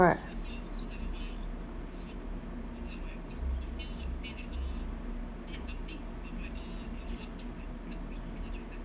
correct